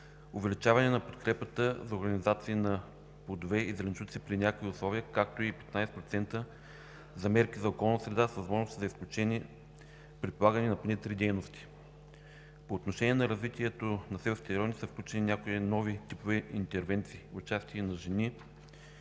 увеличаване на подкрепата за организации на плодове и зеленчуци при някои условия, както и 15% за мерки за околната среда с възможности за изключение при полагане на поне три дейности. По отношение развитието на селските райони са включени някои нови типове интервенции – участие на жени